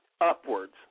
upwards